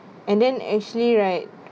and then actually right